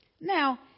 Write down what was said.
Now